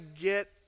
get